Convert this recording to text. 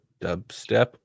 dubstep